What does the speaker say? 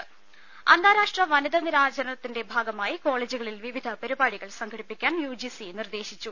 രുദ അന്താരാഷ്ട്ര വനിതാ ദിനാചരണത്തിന്റെ ഭാഗമായി കോളജുകളിൽ വിവിധ പരിപാടികൾ സംഘടിപ്പിക്കാൻ യുജിസി നിർദേശിച്ചു